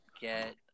get